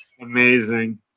amazing